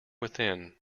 within